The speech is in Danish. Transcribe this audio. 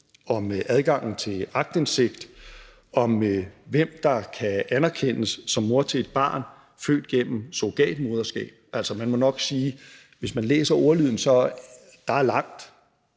om adgangen til aktindsigt, om, hvem der kan anerkendes som mor til et barn født gennem surrogatmoderskab. Altså, man må nok sige, hvis man læser ordlyden, at der er langt